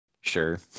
Sure